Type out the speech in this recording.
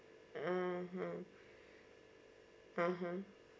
mmhmm mmhmm